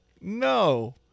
no